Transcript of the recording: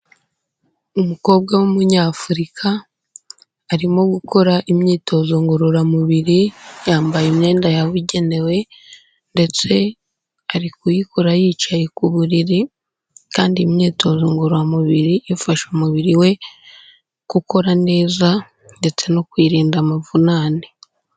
Umukobwa w'Umunyafurika, arimo gukora imyitozo ngororamubiri yambaye imyenda yabugenewe ndetse ari kuyikora yicaye ku buriri kandi imyitozo ngororamubiri ifasha umubiri we gukora neza ndetse no kuyirinda amavunane.